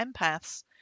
empaths